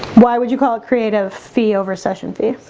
why would you call it creative fee over session fees